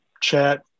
chat